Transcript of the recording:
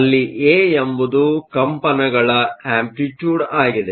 ಅಲ್ಲಿ ಎ ಎಂಬುದು ಕಂಪನಗಳ ಅಂಪ್ಲಿಟ್ಯೂಡ್Amplitude ಆಗಿದೆ